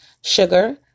sugar